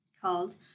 called